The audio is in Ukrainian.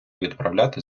відправляти